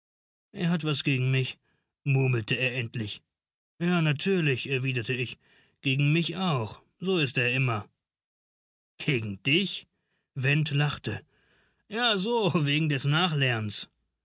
er hat was gegen mich murmelte er endlich ja natürlich erwiderte ich gegen mich auch so ist er immer gegen dich went lachte ja so wegen des nachlernens